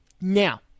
Now